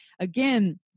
again